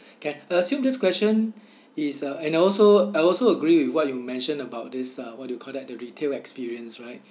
can I assume this question is uh and I also I also agree with what you mentioned about this uh what do you call that the retail experience right